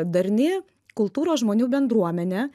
darni kultūros žmonių bendruomenė